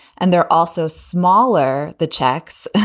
and they're also smaller. the checks,